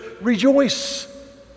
rejoice